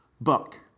book